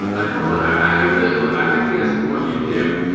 ah a couple i really i thank you guys for what you do.